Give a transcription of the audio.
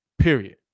period